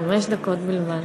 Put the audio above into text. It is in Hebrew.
חמש דקות בלבד.